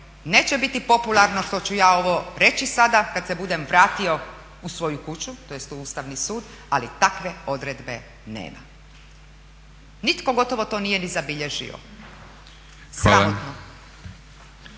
neće biti popularno što ću ja ovo reći sada kad se budem vratio u svoju kuću tj. u Ustavni sud ali takve odredbe nema. Nitko gotovo to nije ni zabilježio.